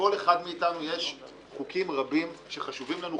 לכל אחד מאתנו יש חוקים רבים שחשובים לנו,